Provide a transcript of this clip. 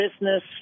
business